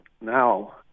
now